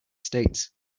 states